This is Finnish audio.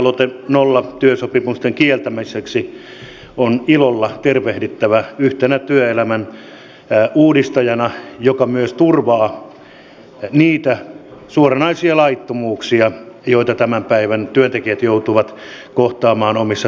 kansalaislakialoitetta nollatyösopimusten kieltämiseksi on ilolla tervehdittävä yhtenä työelämän uudistajana joka myös turvaa niiltä suoranaisilta laittomuuksilta joita tämän päivän työntekijät joutuvat kohtaamaan omissa työsuhteissaan